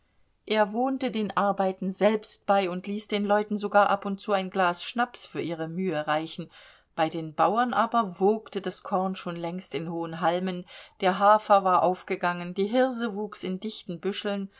er wohnte den arbeiten selbst bei und ließ den leuten sogar ab und zu ein glas schnaps für ihre mühe reichen bei den bauern aber wogte das korn schon längst in hohen halmen der hafer war aufgegangen die hirse wuchs in dichten büscheln